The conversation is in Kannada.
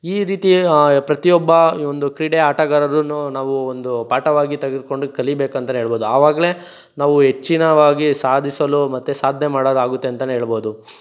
ಈ ರೀತಿ ಪ್ರತಿಯೊಬ್ಬ ಈ ಒಂದು ಕ್ರೀಡೆ ಆಟಗಾರರೂ ನಾವು ಒಂದು ಪಾಠವಾಗಿ ತೆಗೆದುಕೊಂಡು ಕಲಿಬೇಕು ಅಂತಲೇ ಹೇಳ್ಬೋದು ಆವಾಗಲೇ ನಾವು ಹೆಚ್ಚಿನದಾಗಿ ಸಾಧಿಸಲು ಮತ್ತು ಸಾಧನೆ ಮಾಡೋದಾಗುತ್ತೆ ಅಂತಲೇ ಹೇಳ್ಬೋದು